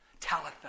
Talitha